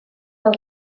fel